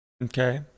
Okay